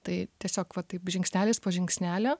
tai tiesiog va taip žingsnelis po žingsnelio